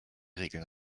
regeln